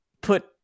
put